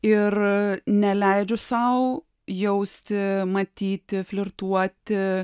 ir neleidžiu sau jausti matyti flirtuoti